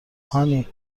هانی